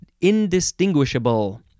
indistinguishable